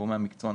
גורמי המקצוע,